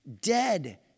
Dead